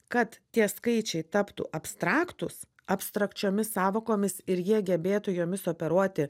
kad tie skaičiai taptų abstraktūs abstrakčiomis sąvokomis ir jie gebėtų jomis operuoti